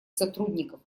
сотрудников